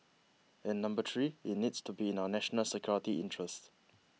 and number three it needs to be in our national security interests